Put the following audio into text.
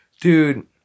dude